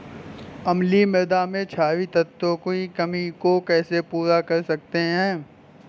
अम्लीय मृदा में क्षारीए तत्वों की कमी को कैसे पूरा कर सकते हैं?